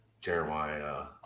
Jeremiah